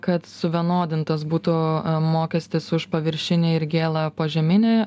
kad suvienodintas būtų mokestis už paviršinį ir gėlą požeminį